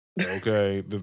Okay